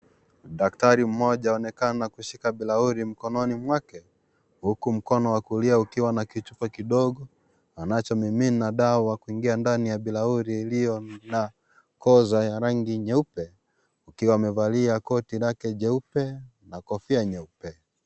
Daktari mmoja aonekana kushika bilauri mkononi mwake, huku mkono wa kulia ukiwa na kichupa kidogo, wanachomimina dawa kuingia ndani ya bilauri iliyo na koza ya rangi nyeupe. Akiwa amevalia koti lake jeupe na kofia nyeupe.